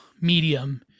medium